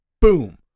boom